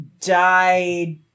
died